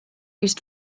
used